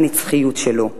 הנצחיות שלו.